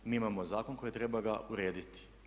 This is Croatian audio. Mi imamo zakon koji treba urediti.